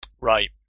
Right